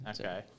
Okay